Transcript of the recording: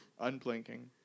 unblinking